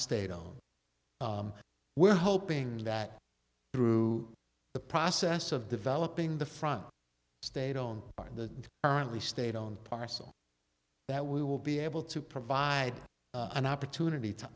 stayed on we're hoping that through the process of developing the front state on the currently state owned parcel that we will be able to provide an opportunity to